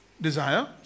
desire